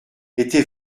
était